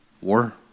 war